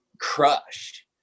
crush